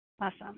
Awesome